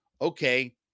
okay